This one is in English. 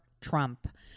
Trump